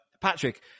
Patrick